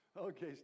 Okay